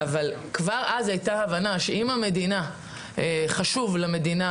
אבל כבר אז הייתה הבנה שאם חשוב למדינה